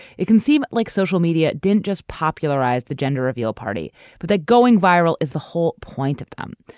it can seem like social media didn't just popularized the gender reveal party but that going viral is the whole point of them.